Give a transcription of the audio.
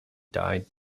died